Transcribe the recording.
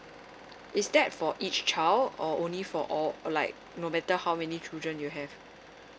is that for each child or only for all like no matter how many children you have